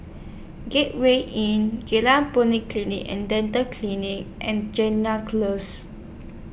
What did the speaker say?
Gateway Inn Geylang Polyclinic and Dental Clinic and Close